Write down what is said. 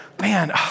Man